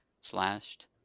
slashed